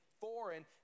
foreign